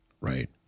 right